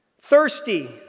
thirsty